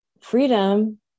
freedom